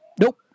nope